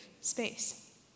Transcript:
space